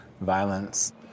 violence